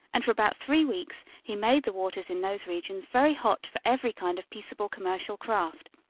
and for about three weeks he made the waters in those regions very hot for every kind of peaceable commercial craft.